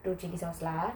two chilli sauce lah